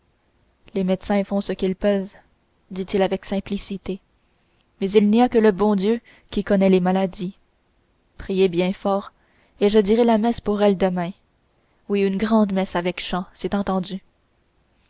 les médecins font ce qu'ils peuvent dit-il avec simplicité mais il n'y a que le bon dieu qui connaît les maladies priez bien fort et je dirai la messe pour elle demain oui une grand-messe avec chant c'est entendu